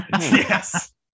Yes